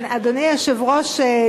אדוני היושב-ראש,